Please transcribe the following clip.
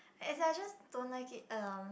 as in I just don't like it um